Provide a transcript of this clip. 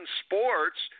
sports